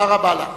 תודה רבה לך.